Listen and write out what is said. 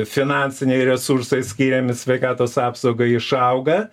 finansiniai resursai skiriami sveikatos apsaugai išauga